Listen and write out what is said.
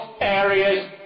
areas